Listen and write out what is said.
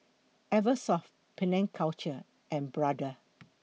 Eversoft Penang Culture and Brother